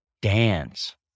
dance